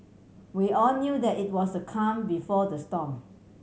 we all knew that it was the calm before the storm